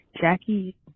Jackie